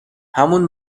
همون